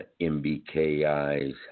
MBKI's